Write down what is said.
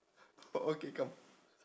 oh okay come